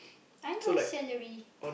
I no salary